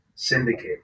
Syndicate